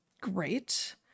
great